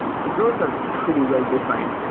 so those are pretty well-defined.